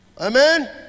Amen